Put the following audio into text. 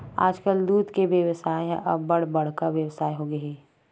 आजकाल दूद के बेवसाय ह अब्बड़ बड़का बेवसाय होगे हे